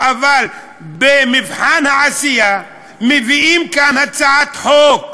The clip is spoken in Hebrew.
אבל במבחן העשייה מביאים כאן הצעת חוק,